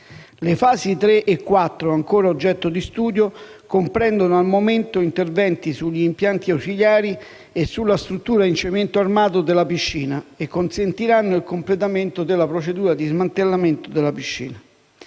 e quattro - ancora oggetto di studio - comprendono, al momento, interventi sugli impianti ausiliari e sulla struttura in cemento armato della piscina e consentiranno il completamento della procedura di smantellamento della piscina.